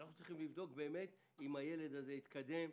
אנחנו צריכים לבדוק באמת אם הילד התקדם,